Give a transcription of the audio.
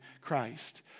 Christ